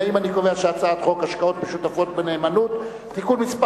את הצעת חוק השקעות משותפות בנאמנות (תיקון מס'